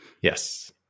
yes